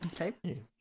okay